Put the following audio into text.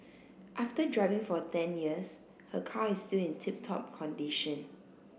after driving for ten years her car is still in tip top condition